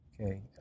Okay